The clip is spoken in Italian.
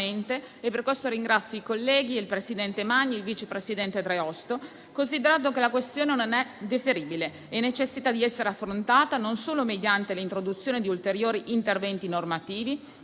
(e per questo ringrazio i colleghi, il presidente Magni e il vice presidente Dreosto), considerato che la questione non è deferibile e necessita di essere affrontata non solo mediante l'introduzione di ulteriori interventi normativi,